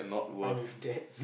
fine with that